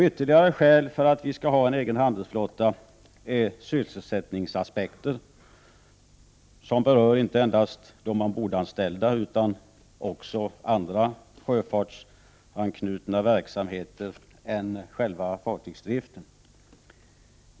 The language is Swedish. Ytterligare skäl för att vi skall ha en egen handelsflotta är sysselsättningsaspekten som berör inte endast de ombordanställda utan också andra sjöfartsanknutna verksamheter än själva fartygsdriften.